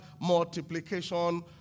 multiplication